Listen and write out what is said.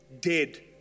dead